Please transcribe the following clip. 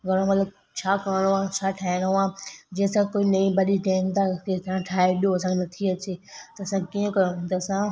घणो मतिलबु छा करिणो आहे छा ठाहिणो आहे जीअं असां कोई नई भाॼी चयूं था की तव्हां ठाहे ॾियो असांखे नथी अचे त असांखे कीअं करिणो आहे त असां